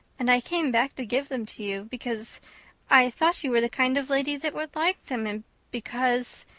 and i came back to give them to you because i thought you were the kind of lady that would like them, and because.